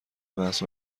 بحث